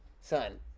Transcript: Son